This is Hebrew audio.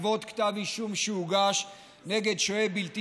בעקבות כתב אישום שהוגש נגד שוהה בלתי